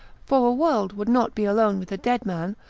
for a world would not be alone with a dead man,